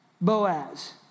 Boaz